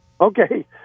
Okay